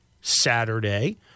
Saturday